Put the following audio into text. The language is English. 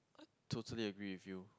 totally agree with you